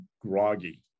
groggy